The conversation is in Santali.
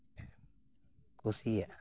ᱠᱩᱥᱤᱭᱟᱜᱼᱟ